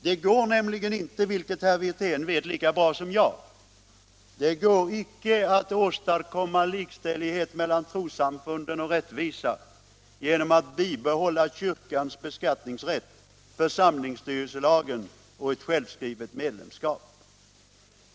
Det går nämligen inte - vilket herr Wirtén vet lika bra som jag — att åstadkomma likställighet och rättvisa mellan trossamfunden genom att bibehålla kyrkans beskattningsrätt, församlingsstyrelselagen och ett självskrivet medlemskap.